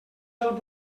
del